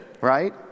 right